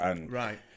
Right